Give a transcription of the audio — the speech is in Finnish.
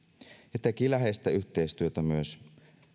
ja teki läheistä yhteistyötä myös